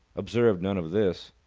observed none of this.